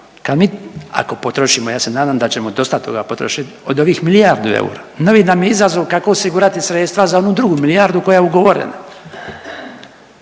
kad mi, ako potrošimo, ja se nadam da ćemo dosta toga potrošiti od ovih milijardu eura. Novi nam je izazov kako osigurati sredstva za onu drugu milijardu koja je ugovorena.